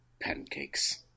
pancakes